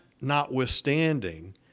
notwithstanding